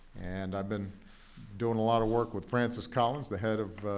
and i've been doing a lot of work with francis collins, the head of